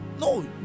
No